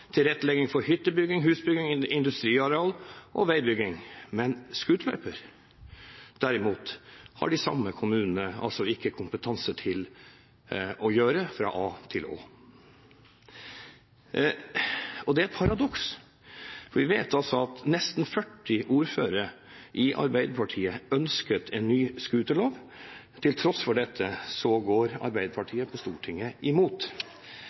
tilrettelegging for hyttebygging, husbygging, industriareal og veibygging, men scooterløyper, derimot, har de samme kommunene altså ikke kompetanse til å gjøre fra A til Å. Det er et paradoks, for vi vet at nesten 40 ordførere i Arbeiderpartiet ønsket en ny scooterlov. Til tross for dette går Arbeiderpartiet på Stortinget imot.